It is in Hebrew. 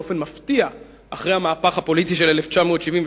באופן מפתיע אחרי המהפך הפוליטי של 1977,